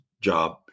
job